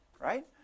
right